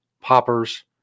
poppers